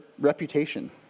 reputation